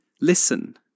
Listen